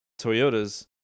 Toyotas